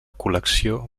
col·lecció